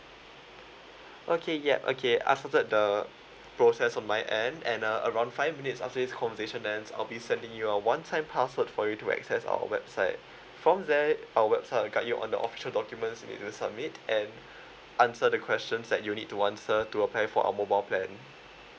okay yup okay I've noted the process on my end and uh around five minutes after this conversation ends I'll be sending you a one time password for you to access our website from there our website will guide you on the official documents you need to submit and answer the questions that you need to answer to apply for our mobile plan